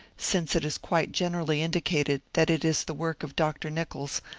since it is quite generally indicated that it is the work of dr. nichols,